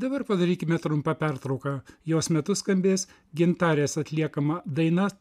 dabar padarykime trumpą pertrauką jos metu skambės gintarės atliekama daina